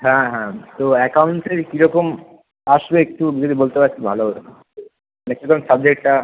হ্যাঁ হ্যাঁ তো অ্যাকাউন্টসের কী রকম আসবে একটু যদি বলতে পার্টি ভালো হতো মানে কী রকম সাবজেক্টটা